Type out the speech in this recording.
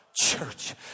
church